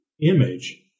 image